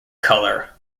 colour